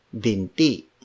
Binti